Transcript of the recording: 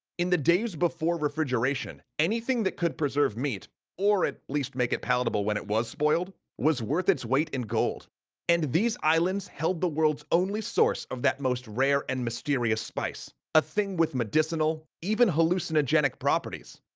in the days before refrigeration, anything that could preserve meat or at least make it palatable when it was spoiled was worth its weight in gold and these islands held the world's only source of that most rare and mysterious spice. a thing with medicinal, even hallucinogenic properties.